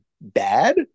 bad